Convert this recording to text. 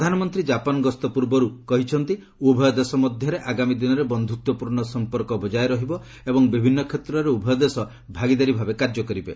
ପ୍ରଧାନମନ୍ତ୍ରୀଙ୍କ ଜାପାନ ଗସ୍ତ ପୂର୍ବରୁ ସେ କହିଛନ୍ତି ଉଭୟ ଦେଶ ମଧ୍ୟରେ ଆଗାମୀ ଦିନରେ ବନ୍ଧୁତ୍ୱପୂର୍ଣ୍ଣ ସମ୍ପର୍କ ବଜାୟ ରହିବ ଏବଂ ବିଭିନ୍ନ କ୍ଷେତ୍ରରେ ଉଭୟ ଦେଶ ଭାଗିଦାରି ଭାବେ କାର୍ଯ୍ୟ କରିବେ